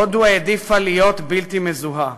הודו העדיפה להיות בלתי מזוהה.